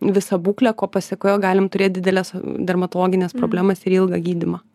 visą būklę ko pasekoje galim turėt dideles dermatologines problemas ir ilgą gydymą